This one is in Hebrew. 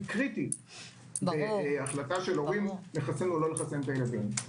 קריטי בהחלטה הורים אם לחסן או לא לחסן את הילדים.